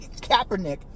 Kaepernick